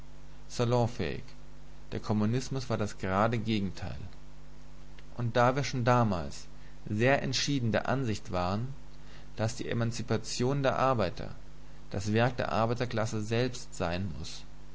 salonfähig der kommunismus war das grade gegenteil und da wir schon damals sehr entschieden der ansicht waren daß die emanzipation der arbeiter das werk der arbeiterklasse selbst sein muß